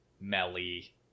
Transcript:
Melly